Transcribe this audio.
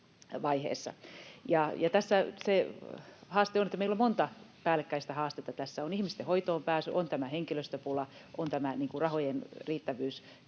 tässä se haaste on, että meillä on monta päällekkäistä haastetta tässä. On ihmisten hoitoonpääsy, on tämä henkilöstöpula, on tämä rahojen riittävyys